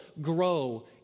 grow